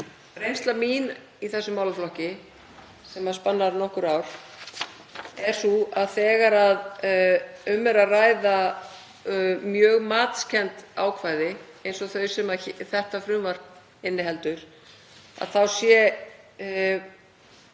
Reynsla mín í þessum málaflokki, sem spannar nokkur ár, er sú að þegar um er að ræða mjög matskennd ákvæði, eins og þau sem þetta frumvarp inniheldur, þá sé